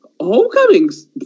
Homecoming's